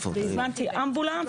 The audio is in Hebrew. והזמנתי אמבולנס,